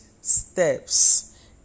steps